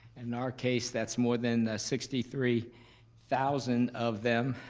in our case, that's more than sixty three thousand of them.